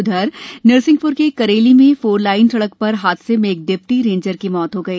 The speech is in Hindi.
उधर नरसिंहपुर के करेली में फोर लाइन सड़क पर हादसे में एक डिप्टी रेंजर की मौत हो गई